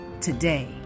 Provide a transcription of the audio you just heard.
Today